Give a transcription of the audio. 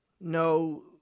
No